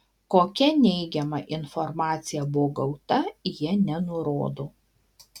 kokia neigiama informacija buvo gauta jie nenurodo